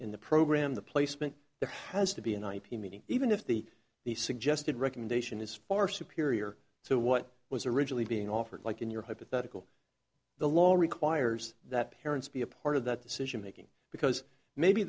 in the program the placement there has to be an ip meaning even if the the suggested recommendation is far superior to what was originally being offered like in your hypothetical the law requires that parents be a part of that decision making because maybe